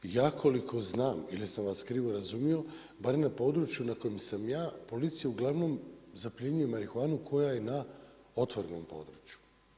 Ja koliko znam ili sam vas krivo razumio barem na području na kojem sam ja policija uglavnom zapljenjuje marihuanu koja je na otvorenom području.